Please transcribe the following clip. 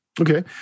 Okay